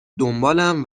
دنبالم